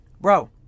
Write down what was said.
bro